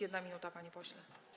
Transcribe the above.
1 minuta, panie pośle.